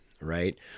Right